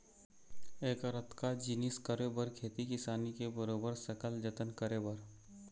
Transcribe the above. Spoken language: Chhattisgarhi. ऐकर अतका जिनिस करे बर खेती किसानी के बरोबर सकल जतन करे बर